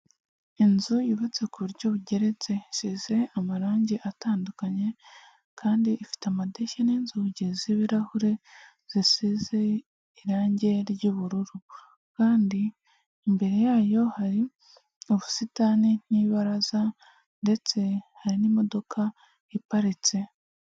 Inzu yubatse ku buryo bugeretse, isize amarangi atandukanye kandi ifite amadirishya n'inzugi z'ibirahure zisize irangi ry'ubururu, kandi imbere yayo hari ubusitani n'ibaraza ndetse hari n'imodoka iparitse.